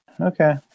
Okay